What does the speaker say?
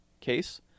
case